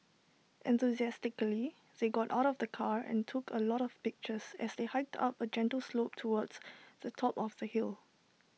enthusiastically they got out of the car and took A lot of pictures as they hiked up A gentle slope towards the top of the hill